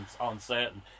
uncertain